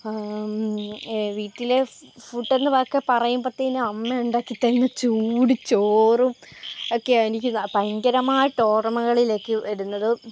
വീട്ടിലെ ഫുഡ്ഡെന്ന വാക്ക് പറയുമ്പത്തേനും അമ്മ ഉണ്ടാക്കിത്തരുന്ന ചൂട് ചോറും ഒക്കെയാണ് എനിക്ക് ഭയങ്കരമായിട്ട് ഓർമ്മകളിലേക്ക് വരുന്നത്